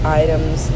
items